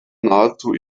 nahezu